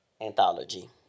anthology